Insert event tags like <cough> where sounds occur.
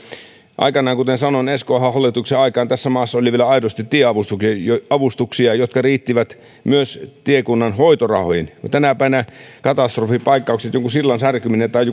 aikanaan kuten sanoin esko ahon hallituksen aikaan tässä maassa oli vielä aidosti tieavustuksia jotka riittivät myös tiekunnan hoitorahoihin tänä päivänä katastrofipaikkaukseen jonkun sillan särkymiseen tai <unintelligible>